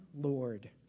Lord